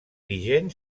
vigent